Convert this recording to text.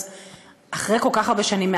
אז אחרי כל כך הרבה שנים,